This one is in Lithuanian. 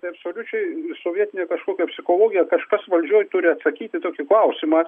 tai absoliučiai sovietinė kažkokia psichologija kažkas valdžioj turi atsakyti tokį klausimą